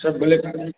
sir बोले तो